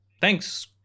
Thanks